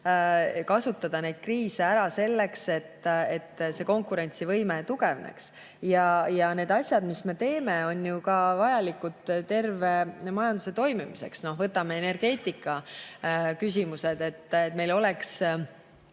kasutada kriise ära selleks, et nende konkurentsivõime tugevneks. Ja need asjad, mis me teeme, on vajalikud ju ka terve majanduse toimimiseks. Võtame energeetikaküsimused – meie energia